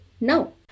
No